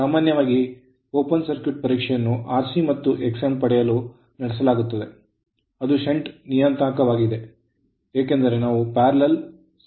ಸಾಮಾನ್ಯವಾಗಿ ತೆರೆದ ಸರ್ಕ್ಯೂಟ್ ಪರೀಕ್ಷೆಯನ್ನು Rc ಮತ್ತು Xm ಪಡೆಯಲು ನಡೆಸಲಾಗುತ್ತದೆ ಅದು ಷಂಟ್ ನಿಯತಾಂಕವಾಗಿದೆ ಏಕೆಂದರೆ ಅವು parallel ಸಮಾನಾಂತರವಾಗಿ ಸಂಪರ್ಕಹೊಂದಿವೆ